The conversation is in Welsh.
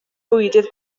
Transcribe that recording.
bwydydd